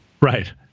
right